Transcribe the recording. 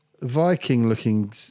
Viking-looking